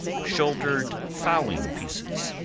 shouldered fowling pieces,